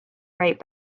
right